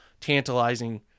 tantalizing